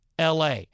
LA